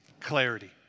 clarity